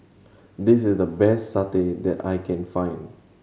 this is the best satay that I can find